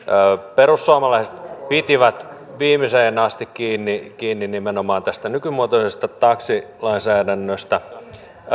perussuomalaiset pitivät viimeiseen asti kiinni kiinni nimenomaan tästä nykymuotoisesta taksilainsäädännöstä